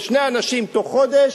ושני אנשים בתוך חודש